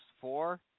four